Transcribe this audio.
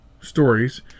stories